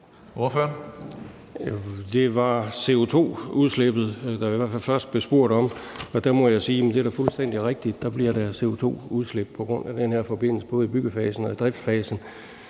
Det var CO2-udslippet, der i hvert fald først blev spurgt om, og der må jeg sige, at det da er fuldstændig rigtigt. Der bliver da CO2-udslip på grund af den her forbindelse, både i byggefasen og i driftsfasen,